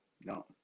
no